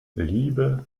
liebe